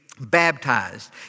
baptized